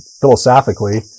philosophically